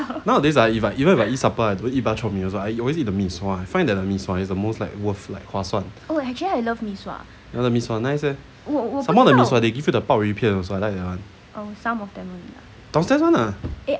nowadays I even even if I eat supper I don't eat ba chor mee also I always eat the mee sua I find that the mee sua is like the most like worth like 划算 ya like the mee sua nice leh some more the mee sua they give you the 鲍鱼片 also I like that one downstairs [one] lah